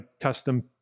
custom